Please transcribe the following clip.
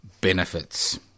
benefits